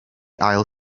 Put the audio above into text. ail